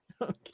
Okay